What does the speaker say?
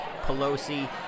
Pelosi